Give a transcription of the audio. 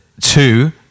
two